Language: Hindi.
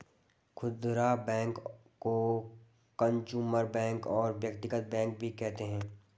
खुदरा बैंक को कंजूमर बैंक और व्यक्तिगत बैंक भी कहते हैं